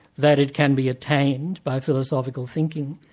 that it can be attained by philosophical thinking,